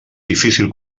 difícil